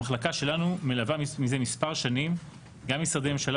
המחלקה שלנו מלווה מזה מספר שנים גם משרדי ממשלה